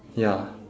ya